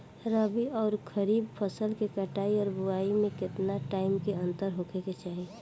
रबी आउर खरीफ फसल के कटाई और बोआई मे केतना टाइम के अंतर होखे के चाही?